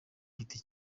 giti